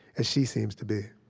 as she seems to be.